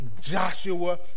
Joshua